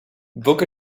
book